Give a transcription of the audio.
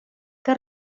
que